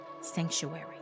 sanctuary